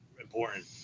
important